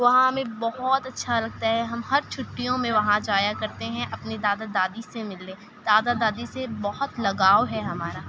وہاں ہميں بہت اچّھا لگتا ہے ہم ہر چھٹّيوں ميں وہاں جايا كرتے ہيں اپنے دادا دادی سے ملنے دادا دادى سے بہت لگاؤ ہے ہمارا